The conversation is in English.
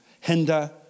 hinder